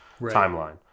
timeline